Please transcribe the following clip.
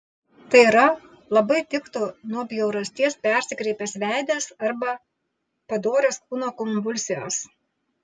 tai yra labai tiktų nuo bjaurasties persikreipęs veidas arba padorios kūno konvulsijos